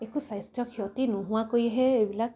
একো স্বাস্থ্য ক্ষতি নোহোৱাকৈহে এইবিলাক